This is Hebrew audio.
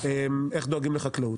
איך דואגים לחקלאות.